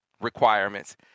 requirements